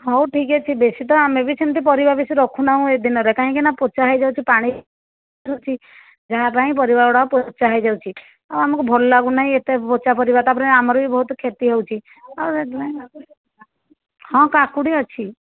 ହଉ ଠିକ୍ଅଛି ବେଶୀ ତ ଆମେ ବି ସେମିତି ପରିବା ବେଶୀ ରଖୁନାହୁଁ ଏ ଦିନରେ କାହିଁକି ନା ପଚା ହେଇଯାଉଛି ପାଣି ରହୁଛି ଯାହାପାଇଁ ପରିବା ଗୁଡ଼ାକ ପଚା ହେଇଯାଉଛି ଆଉ ଆମକୁ ଭଲ ଲାଗୁନାହିଁ ଏତେ ପଚା ପରିବା ତାପରେ ଆମର ବି ବହୁତ କ୍ଷତି ହେଉଛି ଆଉ ସେଥିପାଇଁ ହଁ କାକୁଡି଼ ଅଛି